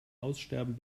aussterben